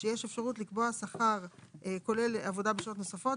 שיש אפשרות לקבוע שכר כולל עבודה בשעות נוספות.